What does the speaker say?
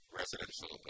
residential